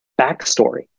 backstory